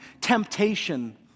Temptation